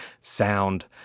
sound